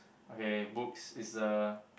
okay books is the